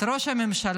את ראש הממשלה,